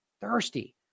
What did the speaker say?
thirsty